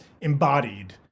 embodied